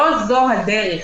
לא זו הדרך.